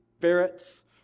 ferrets